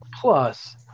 Plus